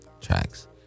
tracks